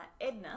Edna